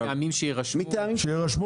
כן, מטעמים מיוחדים שיירשמו